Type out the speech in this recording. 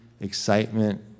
excitement